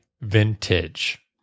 vintage